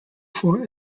four